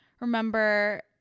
remember